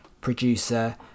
producer